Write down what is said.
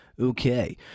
Okay